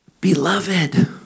beloved